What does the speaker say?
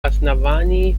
оснований